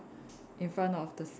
in front of the seat